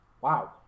Wow